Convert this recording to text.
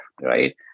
right